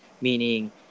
meaning